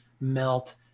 melt